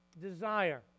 desire